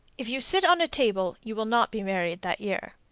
if you sit on a table, you will not be married that year.